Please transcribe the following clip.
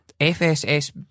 FSS